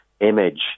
image